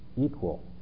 Equal